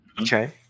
Okay